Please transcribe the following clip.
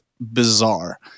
bizarre